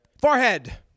forehead